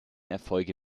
erfolge